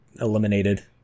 eliminated